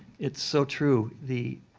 it's so true. the